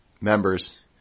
members